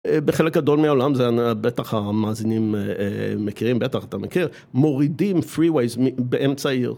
בחלק גדול מהעולם זה בטח המאזינים מכירים בטח אתה מכיר מורידים freeway באמצע העיר.